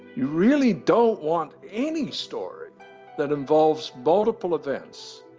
you really don't want any story that involves multiple events.